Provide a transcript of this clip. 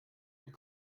und